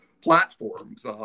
platforms